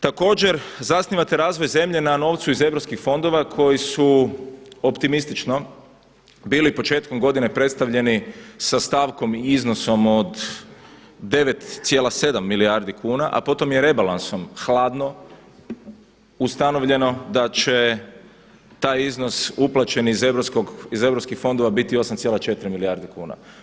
Također zasnivate razvoj zemlje na novcu iz europskih fondova koji su optimistično bili početkom godine predstavljeni sa stavkom i iznosom od 9,7 milijardi kuna, a potom je rebalansom hladno ustanovljeno da će taj iznos uplaćen iz europskih fondova biti 8,4 milijarde kuna.